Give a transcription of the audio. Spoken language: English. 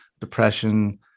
depression